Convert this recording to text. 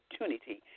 opportunity